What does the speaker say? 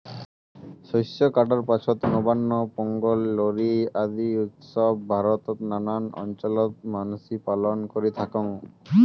শস্য কাটার পাছত নবান্ন, পোঙ্গল, লোরী আদি উৎসব ভারতত নানান অঞ্চলত মানসি পালন করি থাকং